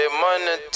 money